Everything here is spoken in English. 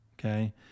okay